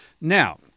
Now